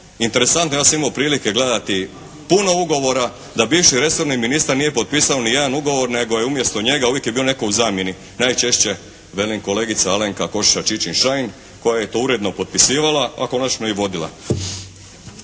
Interesantno, ja sam imao prilike gledati puno ugovora da bivši resorni ministar nije potpisao nijedan ugovor nego je umjesto njega uvijek bio netko u zamjeni, najčešće velim kolegica Alenka Košiša Čičin-Šain koja je to uredno potpisivala a konačno i vodila.